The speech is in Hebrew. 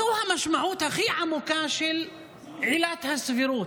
זו המשמעות הכי עמוקה של עילת הסבירות.